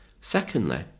secondly